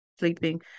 sleeping